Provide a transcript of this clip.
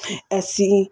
ਅਸੀਂ